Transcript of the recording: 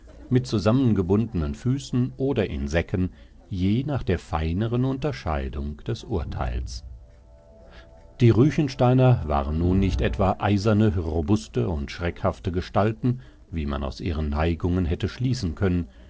mit zusammengebundenen füßen oder in säcken je nach der feineren unterscheidung des urteils die ruechensteiner waren nun nicht etwa eiserne robuste und schreckhafte gestalten wie man aus ihren neigungen hätte schließen können